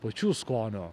pačių skonio